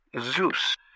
Zeus